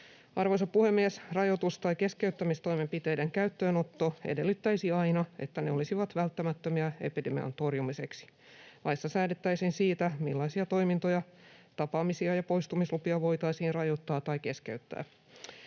Arvoisa puhemies! Rajoitus- tai keskeyttämistoimenpiteiden käyttöönotto edellyttäisi aina, että ne olisivat välttämättömiä epidemian torjumiseksi. Laissa säädettäisiin siitä, millaisia toimintoja, tapaamisia ja poistumislupia voitaisiin rajoittaa tai keskeyttää.